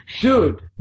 Dude